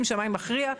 עם שמאי מכריע,